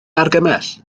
argymell